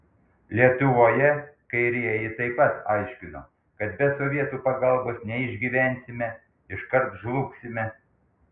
lietuvoje kairieji taip pat aiškino kad be sovietų pagalbos neišgyvensime iškart žlugsime